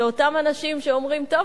שאותם אנשים שאומרים: טוב,